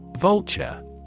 Vulture